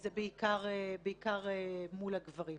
זה בעיקר מול הגברים.